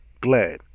glad